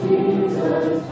Jesus